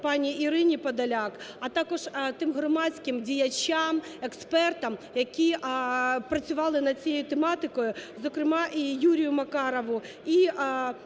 пані Ірині Подоляк, а також тим громадським діячам, експертам, які працювали над цією тематикою, зокрема і Юрію Макарову,